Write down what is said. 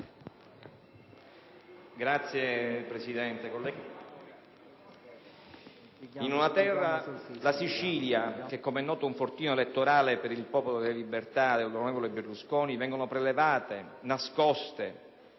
Signor Presidente, in una terra, la Sicilia che com'è noto è un fortino elettorale per il Popolo della Libertà e per l'onorevole Berlusconi, vengono prelevate, nascoste,